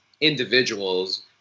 individuals